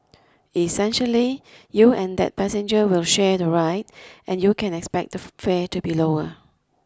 essentially you and that passenger will share the ride and you can expect the fare to be lower